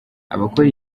abakora